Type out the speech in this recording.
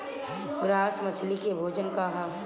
Grass मछली के भोजन का ह?